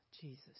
Jesus